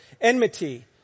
enmity